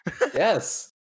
Yes